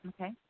okay